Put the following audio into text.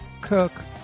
Cook